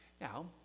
Now